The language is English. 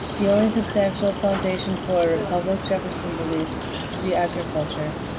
the only substantial foundation for a republic, jefferson believed to be agriculture.